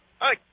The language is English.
Hi